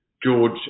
George